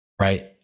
Right